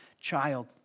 child